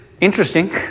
interesting